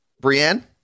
Brienne